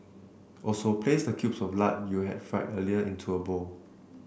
also place the cubes of lard you had fried earlier into a bowl